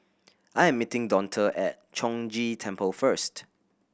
I'm meeting Donta at Chong Ghee Temple first